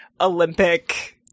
Olympic